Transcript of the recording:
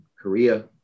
Korea